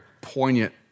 poignant